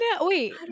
wait